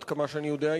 עד כמה שאני יודע,